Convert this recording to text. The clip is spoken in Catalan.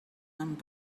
amb